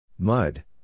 Mud